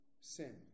sin